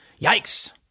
Yikes